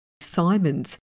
Simons